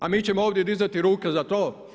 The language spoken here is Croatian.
A mi ćemo ovdje dizati ruke za to?